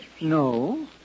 No